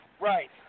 Right